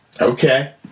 Okay